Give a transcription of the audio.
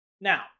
Now